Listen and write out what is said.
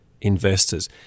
investors